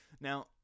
Now